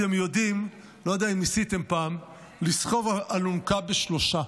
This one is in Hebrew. אני לא יודע אם ניסיתם פעם לסחוב אלונקה בשלושה.